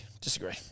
Disagree